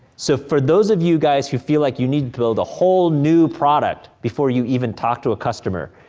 so, for those of you guys, who feel like you need to build the whole new product before you even talk to a customer,